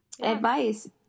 advice